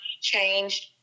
changed